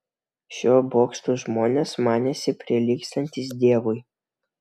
šiuo bokštu žmonės manėsi prilygstantys dievui